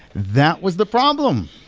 that was the problem.